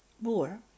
more